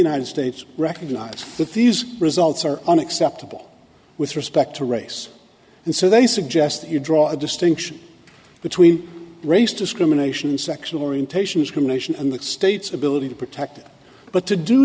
united states recognize that these results are unacceptable with respect to race and so they suggest you draw a distinction between race discrimination and sexual orientation is communication and the state's ability to protect it but to do